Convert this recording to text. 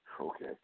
Okay